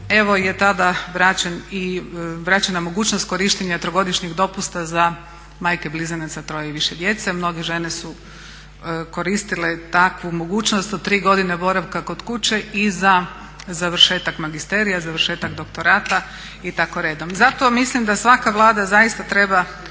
evo je tada vraćena mogućnost korištenja trogodišnjeg dopusta za majke blizanaca, troje i više djece. Mnoge žene su koristile takvu mogućnost od tri godine boravka kod kuće i za završetak magisterija, završetak doktorata i tako redom. Zato mislim da svaka Vlada zaista treba